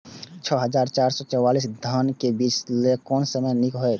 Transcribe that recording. छः हजार चार सौ चव्वालीस धान के बीज लय कोन समय निक हायत?